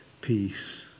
peace